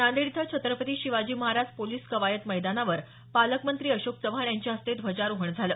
नांदेड इथं छत्रपती शिवाजी महाराज पोलिस कवायत मैदानावर पालकमंत्री अशोक चव्हाण यांच्या हस्ते ध्वजारोहण झालं